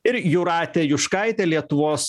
ir jūratė juškaitė lietuvos